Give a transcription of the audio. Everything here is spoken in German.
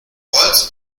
holz